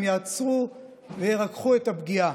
הם יעצרו וירככו את הפגיעה.